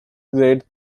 grade